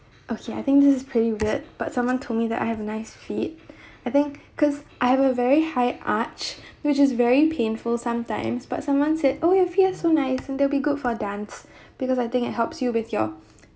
okay I think this is pretty weird but someone told me that I have nice feet I think cause I have a very high arch which is very painful sometimes but someone said oh your feet are so nice and they'll be good for dance because I think it helps you with your